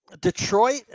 Detroit